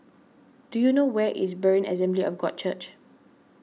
do you know where is Berean Assembly of God Church